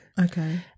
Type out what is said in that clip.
okay